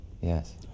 Yes